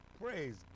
praise